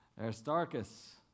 Aristarchus